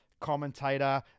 commentator